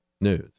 news